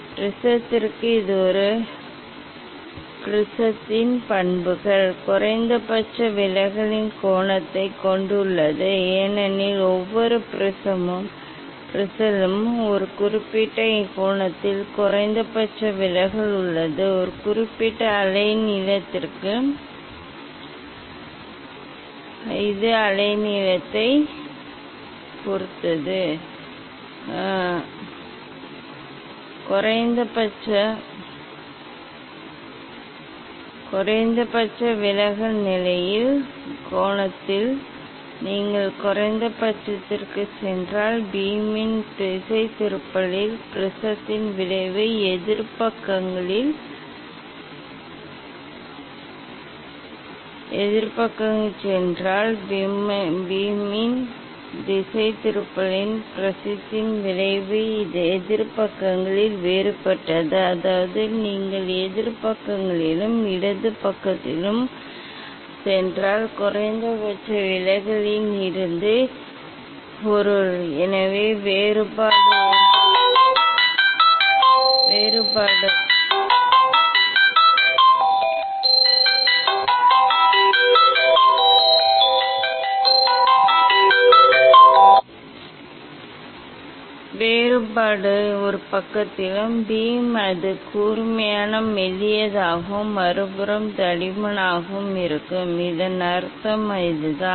ப்ரிஸத்திற்கு இது ஒரு ப்ரிஸத்தின் பண்புகள் குறைந்தபட்ச விலகலின் கோணத்தைக் கொண்டுள்ளது ஏனெனில் ஒவ்வொரு ப்ரிஸிலும் ஒரு குறிப்பிட்ட கோணத்தில் குறைந்தபட்ச விலகல் உள்ளது ஒரு குறிப்பிட்ட அலைநீளத்திற்கு இது அலைநீளத்தைப் பொறுத்தது குறைந்தபட்ச விலகல் நிலையின் கோணத்தில் நீங்கள் குறைந்தபட்சத்திற்குச் சென்றால் பீமின் திசைதிருப்பலில் ப்ரிஸத்தின் விளைவு எதிர் பக்கங்களில் வேறுபட்டது அதாவது நீங்கள் எதிர் பக்கங்களிலும் இடது பக்கத்திலும் பக்கத்திலும் சென்றால் குறைந்தபட்ச விலகலில் இருந்து பொருள் எனவே வேறுபாடு ஒரு பக்கத்தில் பீம் அது கூர்மையான மெல்லியதாகவும் மறுபுறம் தடிமனாகவும் இருக்கும் இதன் அர்த்தம் இதுதான்